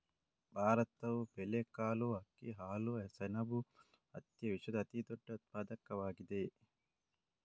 ಭಾರತವು ಬೇಳೆಕಾಳುಗಳು, ಅಕ್ಕಿ, ಹಾಲು, ಸೆಣಬು ಮತ್ತು ಹತ್ತಿಯ ವಿಶ್ವದ ಅತಿದೊಡ್ಡ ಉತ್ಪಾದಕವಾಗಿದೆ